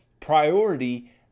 priority